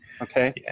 okay